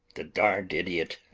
the darned idiot!